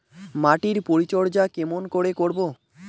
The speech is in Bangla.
মাটির পরিচর্যা কেমন করে করব?